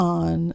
on